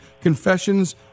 Confessions